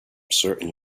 certain